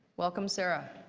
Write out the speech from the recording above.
welcome, sar ah